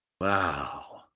wow